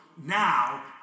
Now